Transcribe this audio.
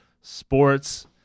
sports